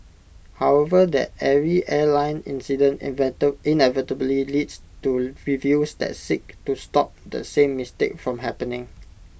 however that every airline incident inevitably leads to reviews that seek to stop the same mistake from happening